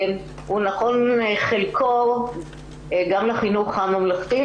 הוא נכון בחלקו גם לחינוך הממלכתי,